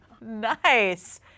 Nice